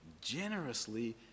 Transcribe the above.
generously